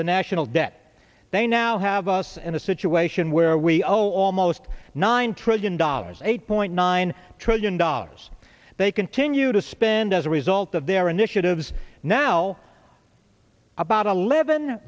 the national debt they now have us in a situation where we owe almost nine trillion dollars eight point nine trillion dollars they continue to spend as a result of their initiatives now about eleven